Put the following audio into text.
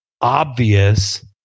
obvious